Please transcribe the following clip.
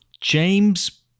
James